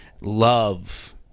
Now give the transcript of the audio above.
love